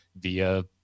via